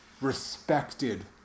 respected